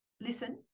listen